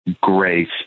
grace